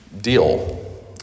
deal